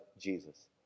Jesus